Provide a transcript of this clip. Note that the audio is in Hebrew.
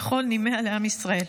בכל נימיה לעם ישראל.